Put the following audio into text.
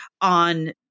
on